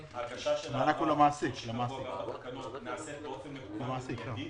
ההגשה של הערר בתוך שבוע --- התקנות נעשית באופן מקוון ומידי,